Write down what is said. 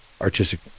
artistic